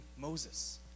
Moses